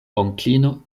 onklino